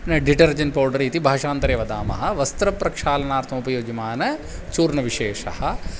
detergent powder इति भाषान्तरे वदामः वस्त्रप्रक्षालनार्थम् उपयुज्यमानचूर्णविशेषः